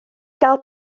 gael